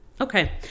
okay